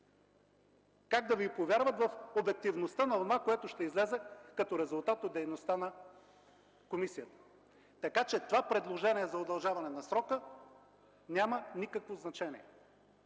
Как да Ви повярват в обективността на онова, което ще излезе като резултат от дейността на комисията? Така че това предложение за удължаване на срока няма никакво значение.